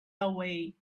away